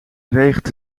regent